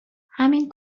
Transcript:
همین